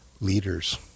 leaders